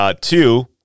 Two